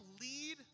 lead